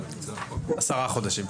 עשרה חודשים.